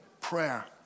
prayer